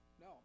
No